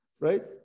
right